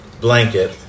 blanket